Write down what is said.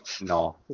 no